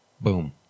Boom